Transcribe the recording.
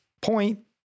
point